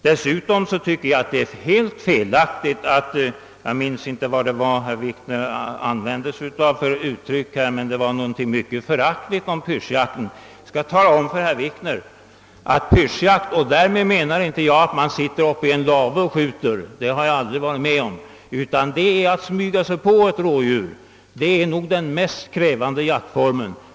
Dessutom tycker jag det är helt felaktigt att som herr Wikner gjorde — jag minns nu inte vilket uttryck han använde — uttala sig så föraktfullt om pyrschjakten. Jag har aldrig varit med om att man vid pyrschjakt sitter uppe i en lave och skjuter, och det är alltså inte något sådant jag avser, utan pyrschjakt innebär att man smyger sig på ett rådjur. Och jag skall tala om för herr Wikner, att detta är nog den mest krävande jaktformen.